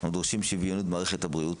אנחנו דורשים שוויון במערכת הבריאות,